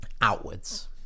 outwards